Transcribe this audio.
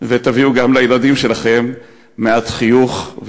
ותביאו גם לילדים שלכם מעט חיוך,